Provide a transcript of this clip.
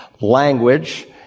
language